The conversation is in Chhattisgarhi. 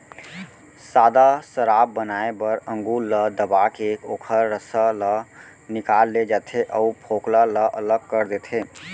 सादा सराब बनाए बर अंगुर ल दबाके ओखर रसा ल निकाल ले जाथे अउ फोकला ल अलग कर देथे